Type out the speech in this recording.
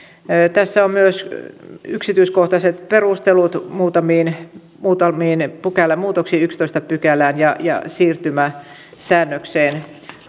tässä on myös yksityiskohtaiset perustelut muutamiin muutamiin pykälämuutoksiin yhdenteentoista pykälään ja ja siirtymäsäännökseen